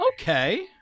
Okay